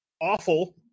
awful